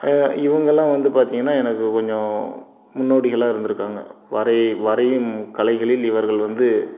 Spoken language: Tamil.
இவங்கள்லாம் வந்து பார்த்தீங்கன்னா எனக்கு கொஞ்சம் முன்னோடிகளாக இருந்திருக்காங்க வரை வரையும் கலைகளில் இவர்கள் வந்து